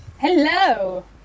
hello